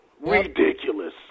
Ridiculous